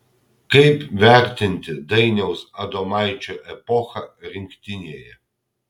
kaip vertinti dainiaus adomaičio epochą rinktinėje